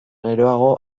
geroago